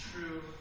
true